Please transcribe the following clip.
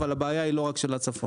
אבל הבעיה היא לא רק של הצפון.